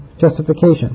justification